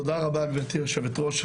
גבירתי היושבת ראש.